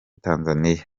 tanzania